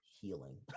healing